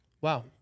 Wow